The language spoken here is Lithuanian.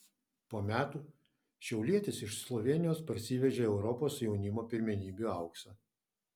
po metų šiaulietis iš slovėnijos parsivežė europos jaunimo pirmenybių auksą